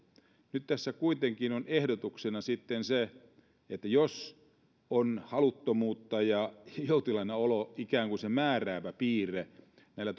nyt tässä kuitenkin on ehdotuksena sitten se että jos on haluttomuutta ja joutilaana olo ikään kuin se määräävä piirre näillä